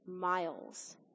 miles